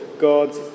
God's